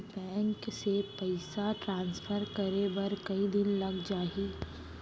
Bank से पइसा transfer करे बर कई दिन लग जाही?